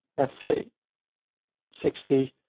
let's say sixty,